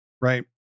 right